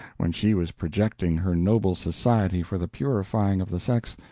when she was projecting her noble society for the purifying of the sex,